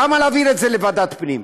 למה להעביר את זה לוועדת הפנים?